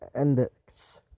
Index